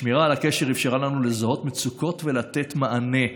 השמירה על הקשר אפשרה לנו לזהות מצוקות ולתת מענה.